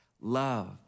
love